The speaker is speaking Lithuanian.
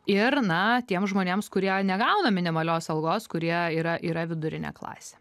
ir na tiem žmonėms kurie negauna minimalios algos kurie yra yra vidurinė klasė